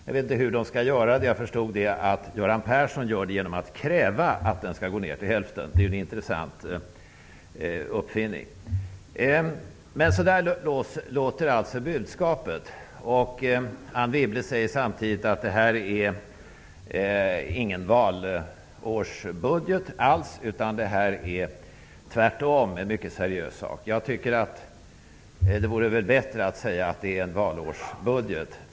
Jag vet inte hur de skall göra det, men jag förstod att Göran Persson gör det genom att kräva att den skall gå ned till hälften! Det är en intressant uppfinning. Så låter alltså budskapet. Anne Wibble säger samtidigt att detta inte är någon valårsbudget, utan en mycket seriös sak. Jag tycker att det vore bättre att säga att det är en valårsbudget.